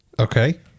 Okay